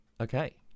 okay